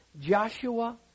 Joshua